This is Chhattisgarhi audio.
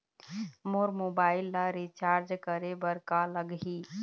मोर मोबाइल ला रिचार्ज करे बर का लगही?